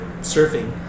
surfing